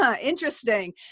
interesting